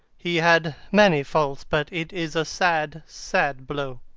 he had many faults, but it is a sad, sad blow.